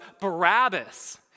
Barabbas